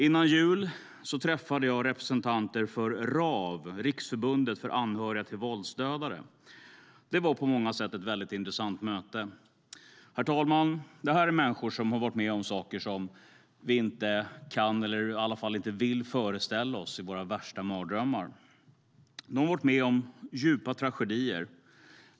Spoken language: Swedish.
Före jul träffade jag representanter för Rav, Riksförbundet för anhöriga till våldsdödade. Det var på många sätt ett väldigt intressant möte. Herr talman! Detta är människor som har varit med om saker som vi inte kan eller vill föreställa oss i våra värsta mardrömmar. De har varit med om djupa tragedier.